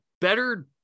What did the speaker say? better